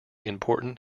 important